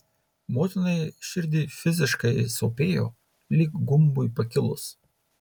motinai širdį fiziškai sopėjo lyg gumbui pakilus